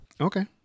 Okay